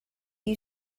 you